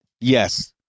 yes